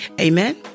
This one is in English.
Amen